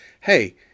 hey